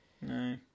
No